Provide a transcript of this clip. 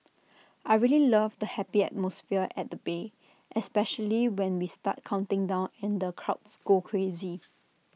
I really love the happy atmosphere at the bay especially when we start counting down and the crowds go crazy